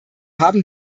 haben